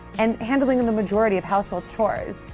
and handling and the majority of household chores.